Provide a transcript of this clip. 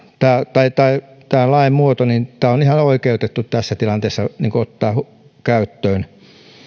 tai tai tämän lain muoto on ihan oikeutettu tässä tilanteessa ottaa käyttöön